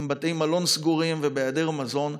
עם בתי מלון סגורים ובהיעדר מזון.